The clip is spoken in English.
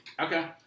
Okay